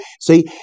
See